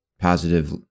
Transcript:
positive